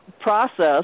process